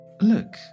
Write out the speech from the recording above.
look